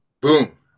Boom